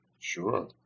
Sure